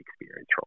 experience